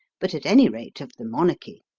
but at any rate of the monarchy.